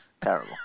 Terrible